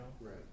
right